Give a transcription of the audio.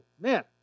man